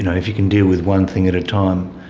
and if you can deal with one thing at a time,